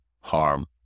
harm